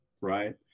right